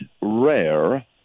rare